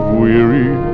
weary